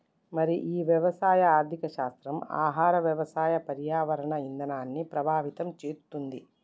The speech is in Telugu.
మరి ఈ వ్యవసాయ ఆర్థిక శాస్త్రం ఆహార వ్యవసాయ పర్యావరణ ఇధానాన్ని ప్రభావితం చేతుంది